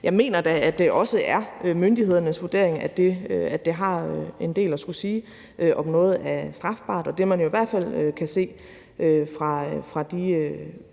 jeg mener da, at det også er myndighedernes vurdering, at det har en del at skulle sige, om noget er strafbart. Det, man jo i hvert fald kan se fra de